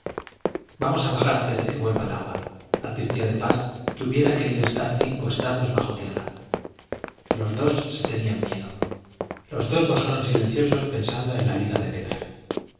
vamos a bajar antes que vuelva el agua advirtió de pas que hubiera querido estar cinco estados bajo tierra los dos se tenían miedo los dos bajaron silenciosos pensando en la liga de petra